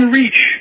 reach